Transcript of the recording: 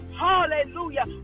hallelujah